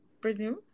presume